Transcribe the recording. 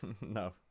No